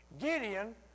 Gideon